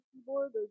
keyboard